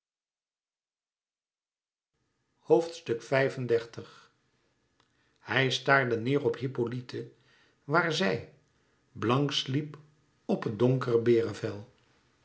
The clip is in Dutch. hij staarde neêr op hippolyte waar zij blank sliep op het donkere berenvel